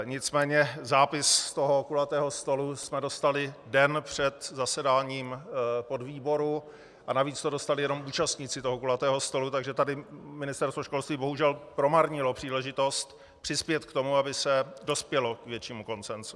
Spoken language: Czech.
Nicméně zápis z toho kulatého stolu jsme dostali den před zasedáním podvýboru a navíc to dostali jenom účastníci toho kulatého stolu, takže tady Ministerstvo školství bohužel promarnilo příležitost přispět k tomu, aby se dospělo k většímu konsensu.